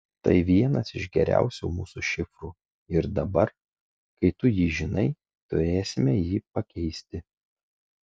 tai vienas iš geriausių mūsų šifrų ir dabar kai tu jį žinai turėsime jį pakeisti